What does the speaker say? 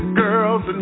girls